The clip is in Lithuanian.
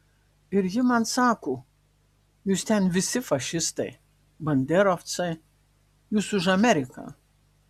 ir ji man sako jūs ten visi fašistai banderovcai jūs už ameriką